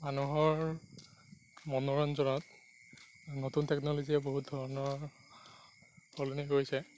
মানুহৰ মনোৰঞ্জনত নতুন টেকন'লজিয়ে বহুত ধৰণৰ সলনি কৰিছে